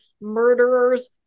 murderers